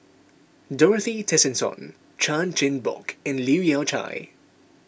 Dorothy Tessensohn Chan Chin Bock and Leu Yew Chye